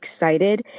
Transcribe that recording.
excited